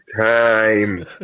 time